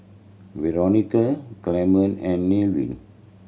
Veronica Clemon and Nevin